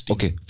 Okay